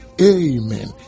amen